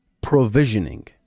provisioning